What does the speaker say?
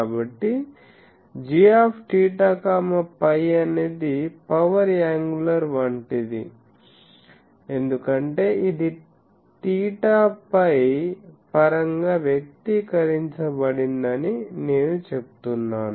కాబట్టి gθφ అనేది power angular లాంటిది ఎందుకంటే ఇది తీటా ఫై పరంగా వ్యక్తీకరించబడిందని నేను చెప్తున్నాను